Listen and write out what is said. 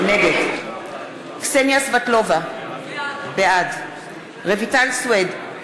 נגד קסניה סבטלובה, בעד רויטל סויד,